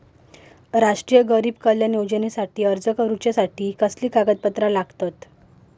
राष्ट्रीय गरीब कल्याण योजनेखातीर अर्ज करूच्या खाती कसली कागदपत्रा लागतत?